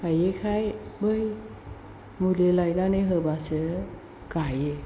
गायिखाय बै मुलि लायनानै होब्लासो गायो